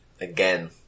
again